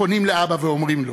פונים לאבא ואומרים לו: